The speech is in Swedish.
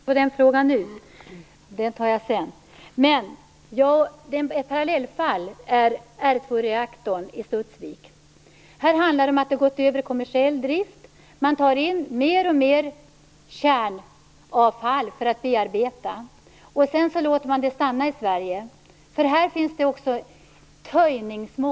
Fru talman! Jag skall inte gå in mer på den frågan nu. Den tar jag sedan. Men ett parallellfall är R2 reaktorn i Studsvik. Här handlar det om att man har gått över i kommersiell drift. Man tar in mer och mer kärnavfall för att bearbeta, och sedan låter man det stanna i Sverige. Här finns det också töjningsmån.